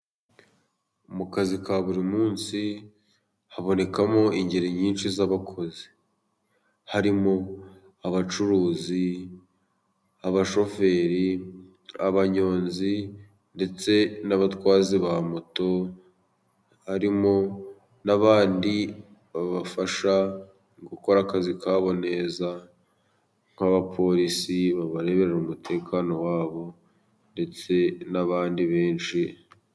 Mu kazi ka buri munsi habonekamo ingeri nyinshi z'abakozi harimo: abacuruzi, abashoferi, abanyonzi ndetse n'abatwazi ba moto, harimo n'abandi babafasha gukora akazi kabo neza, nk'abapolisi babarebera umutekano wabo ndetse n'abandi benshi.